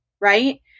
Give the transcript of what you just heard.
right